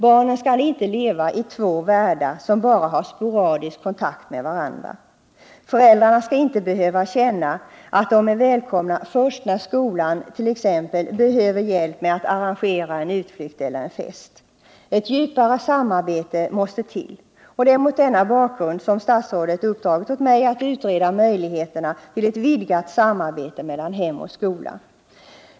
Barnen skall inte leva i två världar, som har sporadisk kontakt med varandra. Föräldrarna skall inte behöva känna att de är välkomna först när skolan t.ex. behöver hjälp med att arrangera en utflykt eller en fest. Ett djupare samarbete måste till. Det är mot denna bakgrund statsrådet har uppdragit åt mig att utreda möjligheterna till ett vidgat samarbete mellan hem och skola.